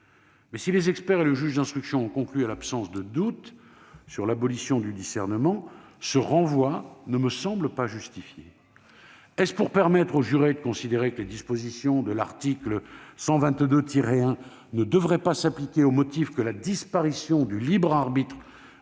? Si les experts et le juge d'instruction ont conclu à l'absence de doute sur l'abolition du discernement, ce renvoi ne me semble pas justifié. Est-ce pour permettre aux jurés de considérer que les dispositions de l'article 122-1 ne devraient pas s'appliquer, au motif que la disparition du libre arbitre